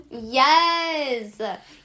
Yes